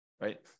right